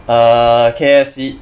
uh K_F_C